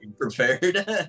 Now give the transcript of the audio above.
prepared